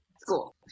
school